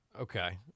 Okay